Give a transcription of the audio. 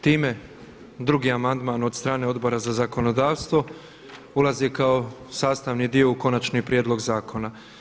Time drugi amandman od strane Odbora za zakonodavstvo ulazi kao sastavni dio u Konačni prijedlog zakona.